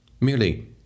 Merely